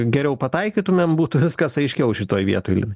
geriau pataikytumėm būtų viskas aiškiau šitoj vietoj linai